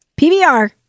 PBR